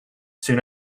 soon